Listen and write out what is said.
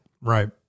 Right